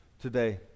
today